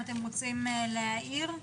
אם אתם רוצים להעיר.